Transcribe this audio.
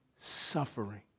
suffering